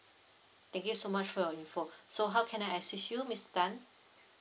thank you so much for your info so how can I assist you miss tan